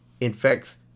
infects